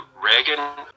Reagan